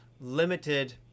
limited